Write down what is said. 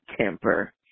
temper